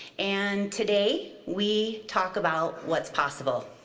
and today, we talk about what's possible.